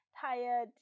tired